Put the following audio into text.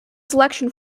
selection